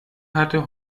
hatte